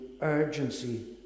urgency